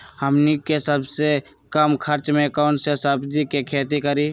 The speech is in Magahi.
हमनी के सबसे कम खर्च में कौन से सब्जी के खेती करी?